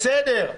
בסדר,